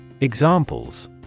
Examples